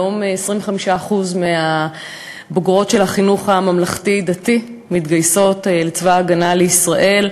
היום 25% מהבוגרות של החינוך הממלכתי-דתי מתגייסות לצבא הגנה לישראל.